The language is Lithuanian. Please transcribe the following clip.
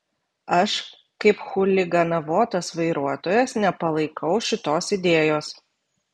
aš kaip chuliganavotas vairuotojas nepalaikau šitos idėjos